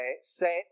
set